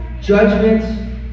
judgment